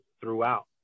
throughout